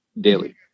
daily